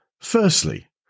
Firstly